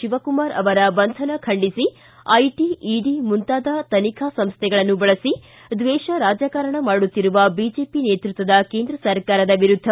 ಶಿವಕುಮಾರ ಅವರ ಬಂಧನ ಖಂಡಿಸಿ ಐಟಿ ಇಡಿ ಮುಂತಾದ ತನಿಖಾ ಸಂಸ್ಥೆಗಳನ್ನು ಬಳಸಿ ದ್ವೇಷ ರಾಜಕಾರಣ ಮಾಡುತ್ತಿರುವ ಬಿಜೆಪಿ ಕೇಂದ್ರ ಸರ್ಕಾರದ ವಿರುದ್ಧ